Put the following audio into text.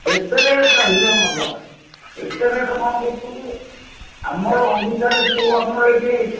ଏତେ ରେଟ୍ ଆରେ ବାବା ଏତେ ରେଟ୍ କ'ଣ କରୁଛନ୍ତି ଆମର ଓଡ଼ିଶାରେ ସବୁ ଆମର ଏଇଠି